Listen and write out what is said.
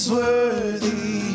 worthy